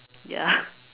ya